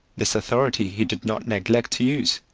this authority he did not neglect to use,